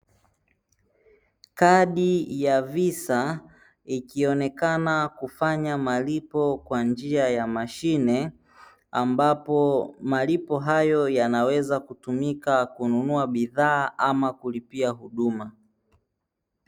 Kadi ya visa ikionekana kufanya malipo kwa njia ya mashine ambapo malipo hayo yanaweza kutumika kununua bidhaa ama kulipia huduma.